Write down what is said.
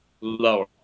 Lower